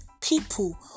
people